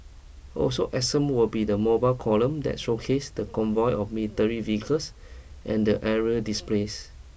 also absent will be the mobile column that showcases the convoy of military vehicles and the aerial displays